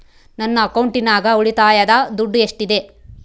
ನನ್ನ ಅಕೌಂಟಿನಾಗ ಉಳಿತಾಯದ ದುಡ್ಡು ಎಷ್ಟಿದೆ?